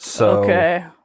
Okay